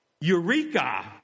Eureka